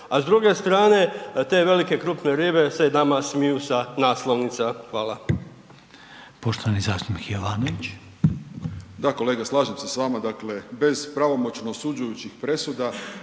a s druge strane, te velike krupne ribe se nama smiju sa naslovnica, hvala.